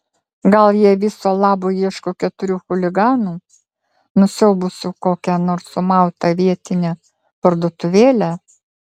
gal jie viso labo ieško keturių chuliganų nusiaubusių kokią nors sumautą vietinę parduotuvėlę